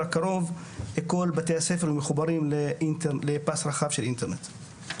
הקרוב כל בתי הספר יהיו מחוברים לפס רחב של אינטרנט.